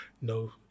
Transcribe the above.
no